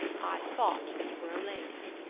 i thought you were a lady,